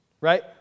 right